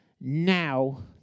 now